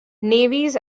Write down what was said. navies